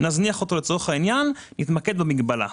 נזניח אותו לצורך העניין, ונתמקד במגבלה.